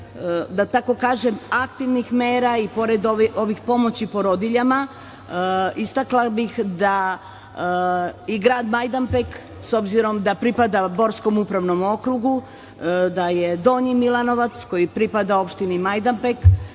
da pored aktivnih mera i pored pomoći porodiljama, istakla bih da i grad Majdanpek, s obzirom da pripada Borskom upravnom okrugu, da je Donji Milanovac koji pripada opštini Majdanpek,